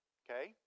okay